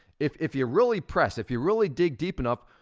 if if you're really pressed, if you really dig deep enough,